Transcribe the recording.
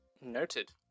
Noted